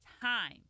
time